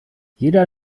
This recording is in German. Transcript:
jeder